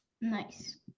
Nice